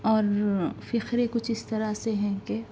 اور فخرے کچھ اِس طرح سے ہیں کہ